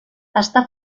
està